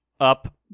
up